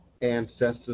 ancestors